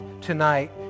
tonight